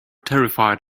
terrified